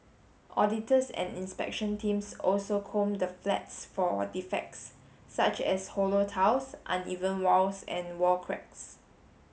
auditors and inspection teams also comb the flats for defects such as hollow tiles uneven walls and wall cracks